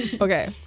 Okay